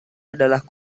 adalah